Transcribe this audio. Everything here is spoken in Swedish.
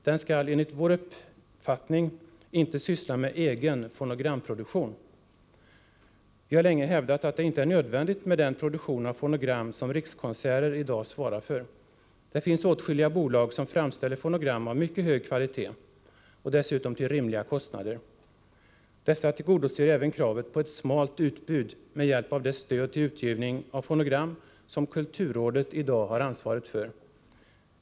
Den skall — enligt vår uppfattning — inte syssla med egen fonogramproduktion. Vi har länge hävdat att det inte är nödvändigt med den produktion av fonogram som Rikskonserter i dag svarar för. Det finns åtskilliga bolag som framställer fonogram av mycket hög kvalitet och dessutom till rimliga kostnader. Dessa tillgodoser även kravet på ett ”smalt” utbud med hjälp av det stöd till utgivning av fonogram som kulturrådet i dag har ansvaret för.